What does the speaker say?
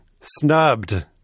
snubbed